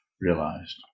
realized